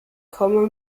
komme